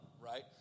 Right